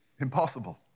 impossible